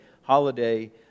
holiday